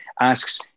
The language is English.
asks